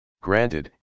Granted